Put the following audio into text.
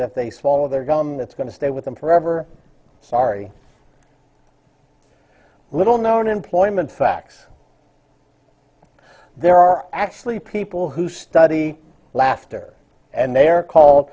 that they swallow their gum that's going to stay with them forever sorry little known employment facts there are actually people who study laughter and they are called